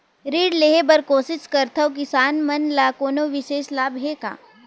ऋण लेहे बर कोशिश करथवं, किसान मन ल कोनो विशेष लाभ हे का?